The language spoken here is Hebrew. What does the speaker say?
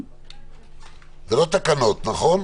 זה לא תקנות, נכון?